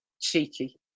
cheeky